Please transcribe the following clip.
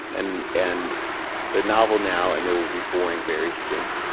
and and they're novel now, and they will be boring very soon.